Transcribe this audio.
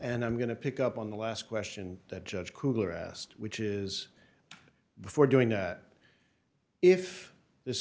and i'm going to pick up on the last question that judge cooper asked which is before doing that if this